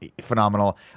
Phenomenal